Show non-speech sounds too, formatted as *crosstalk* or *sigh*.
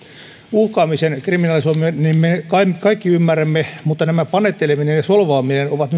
uhkaamisen kriminalisoinnin me kaikki kaikki ymmärrämme mutta nämä panetteleminen ja solvaaminen ovat *unintelligible*